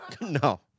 No